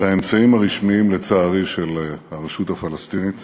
באמצעים הרשמיים, לצערי, של הרשות הפלסטינית